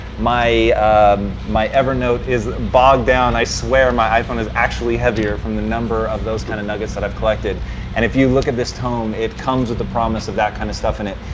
my um my evernote is bogged down. i swear my iphone is actually heavier from the number of those kind of nuggets that i've collected and if you look at this tome, it comes with the promise of that kind of stuff in it.